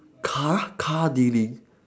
car car dealing